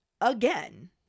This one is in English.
again